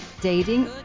dating